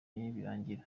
birangira